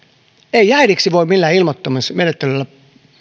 ei äidiksi voi millään ilmoittamismenettelyllä